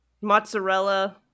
mozzarella